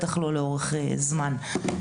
ובטח שלא לאורך זמן.